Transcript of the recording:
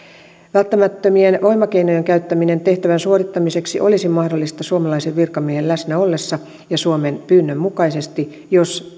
välttämättömien voimakeinojen käyttäminen tehtävän suorittamiseksi olisi mahdollista suomalaisen virkamiehen läsnä ollessa ja suomen pyynnön mukaisesti jos